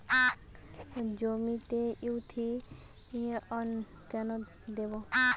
জমিতে ইরথিয়ন কেন দেবো?